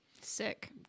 sick